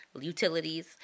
utilities